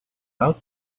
out